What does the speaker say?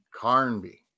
Carnby